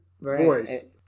voice